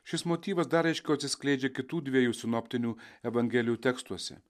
šis motyvas dar aiškiau atsiskleidžia kitų dviejų sinoptinių evangelijų tekstuose